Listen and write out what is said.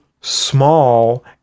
small